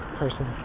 person